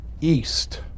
east